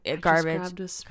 garbage